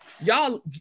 y'all